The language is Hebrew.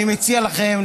אני מציע לכם,